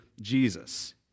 Jesus